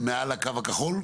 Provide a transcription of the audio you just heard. מעל הקו הכחול?